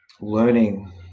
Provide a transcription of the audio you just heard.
learning